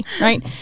Right